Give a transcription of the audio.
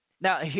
now